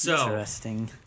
Interesting